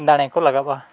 ᱫᱟᱲᱮ ᱠᱚ ᱞᱟᱜᱟᱜᱼᱟ